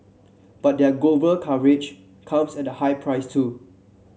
but their global coverage comes at a high price too